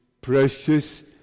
precious